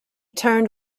turned